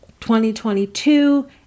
2022